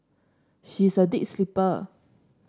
she is a deep sleeper